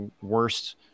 worst